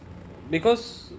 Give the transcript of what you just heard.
because